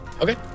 Okay